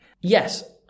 Yes